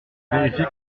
vérifier